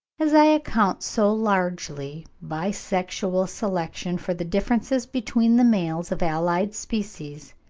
as i account so largely by sexual selection for the differences between the males of allied species,